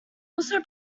also